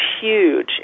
huge